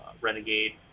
Renegade